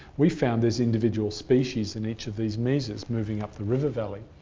we found there's individual species in each of these mesas moving up the river valley.